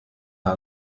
hug